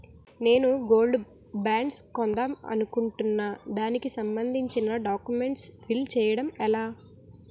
నేను gold bonds కొందాం అనుకుంటున్నా దానికి సంబందించిన డాక్యుమెంట్స్ ఫిల్ చేయడం ఎలా?